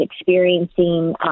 experiencing